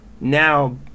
now